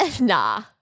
Nah